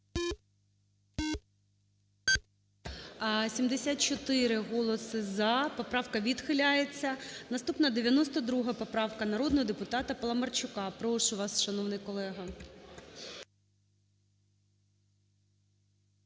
74 голоси "за", поправка відхиляється. Наступна 92 поправка народного депутата Паламарчука. Прошу вас, шановний колего.